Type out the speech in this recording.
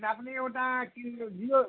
না আপনি ওটা কী জিও